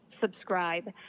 subscribe